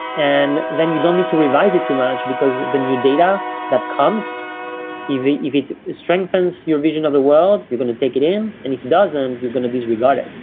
and then you don't need to revise it too much because the new data that comes easy, if it strengthens your vision of the world, you're going to take it in. and if doesn't, you're going to these regard it.